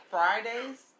Fridays